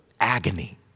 agony